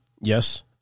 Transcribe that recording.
Yes